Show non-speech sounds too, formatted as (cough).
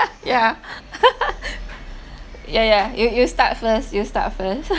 (laughs) ya (laughs) ya ya you you start first you start first (laughs)